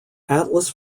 atlas